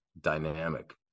dynamic